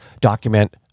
document